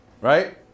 Right